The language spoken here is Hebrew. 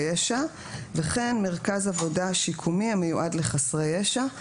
ישע וכן מרכז עבודה שיקומי המיועד לחסרי ישע.